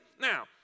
Now